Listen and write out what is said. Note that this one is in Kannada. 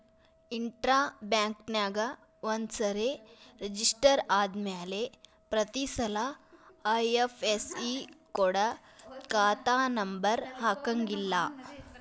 ಇಂಟ್ರಾ ಬ್ಯಾಂಕ್ನ್ಯಾಗ ಒಂದ್ಸರೆ ರೆಜಿಸ್ಟರ ಆದ್ಮ್ಯಾಲೆ ಪ್ರತಿಸಲ ಐ.ಎಫ್.ಎಸ್.ಇ ಕೊಡ ಖಾತಾ ನಂಬರ ಹಾಕಂಗಿಲ್ಲಾ